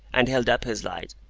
and held up his light.